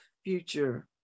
future